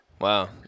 Wow